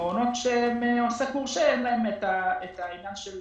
ומעונות שהם עוסק מורשה, אין להם את העניין של